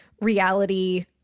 reality